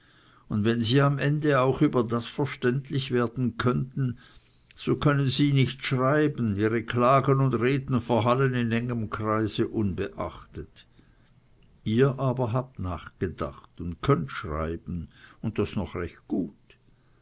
und wenn sie am ende auch über das verständlich werden könnten so können sie nicht schreiben ihre klagen und reden verhallen in engem kreise unbeachtet ihr aber habt nachgedacht und könnt schreiben und das noch recht gut